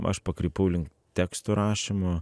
aš pakrypau link tekstų rašymo